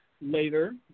later